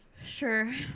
Sure